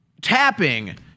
tapping